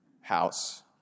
house